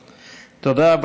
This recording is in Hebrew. תודה.